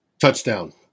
touchdown